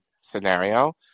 scenario